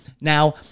Now